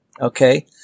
Okay